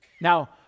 Now